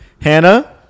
Hannah